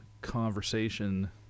conversation